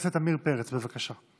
פרץ, בבקשה.